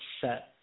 set